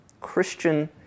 Christian